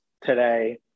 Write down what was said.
today